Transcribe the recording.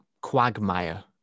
quagmire